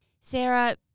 Sarah